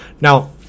Now